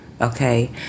okay